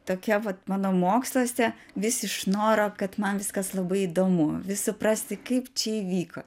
tokia vat mano moksluose vis iš noro kad man viskas labai įdomu suprasti kaip čia įvyko